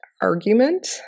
argument